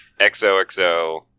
XOXO